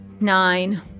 Nine